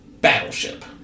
Battleship